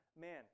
man